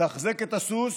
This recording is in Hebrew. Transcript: תחזק את הסוס,